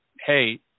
hey